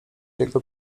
jego